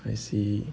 I see